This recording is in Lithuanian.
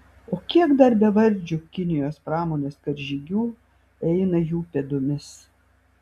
o kiek dar bevardžių kinijos pramonės karžygių eina jų pėdomis